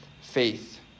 faith